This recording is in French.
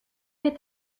mes